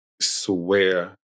swear